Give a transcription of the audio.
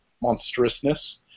monstrousness